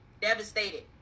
devastated